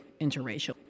interracial